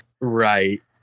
Right